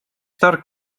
tark